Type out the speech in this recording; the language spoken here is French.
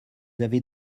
avez